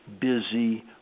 busy